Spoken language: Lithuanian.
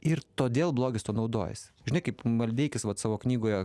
ir todėl blogis tuo naudojasi žinai kaip maldeikis vat savo knygoje